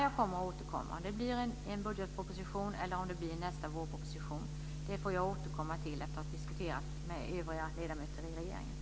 Jag får återkomma till om det läggs fram förslag i budgetpropositionen eller i nästa vårproposition efter det att jag har diskuterat med övriga ledamöter i regeringen.